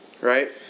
Right